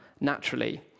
naturally